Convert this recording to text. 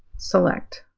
select.